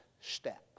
step